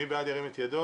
מי בעד ירים את ידו.